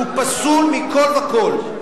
והוא פסול מכול וכול,